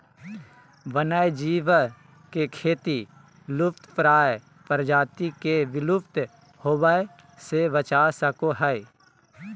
वन्य जीव के खेती लुप्तप्राय प्रजाति के विलुप्त होवय से बचा सको हइ